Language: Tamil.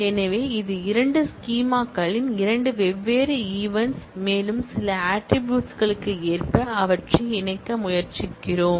எனவே இது இரண்டு ஸ்கீமா களின் இரண்டு வெவ்வேறு ஈவன்ட்ஸ் மேலும் சில ஆட்ரிபூட்ஸ் களுக்கு ஏற்ப அவற்றை இணைக்க முயற்சிக்கிறோம்